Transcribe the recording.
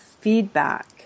feedback